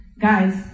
Guys